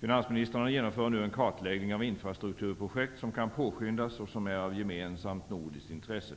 Finansministrarna genomför nu en kartläggning av infrastrukturprojekt som kan påskyndas och som är av gemensamt nordiskt intresse.